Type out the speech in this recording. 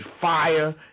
fire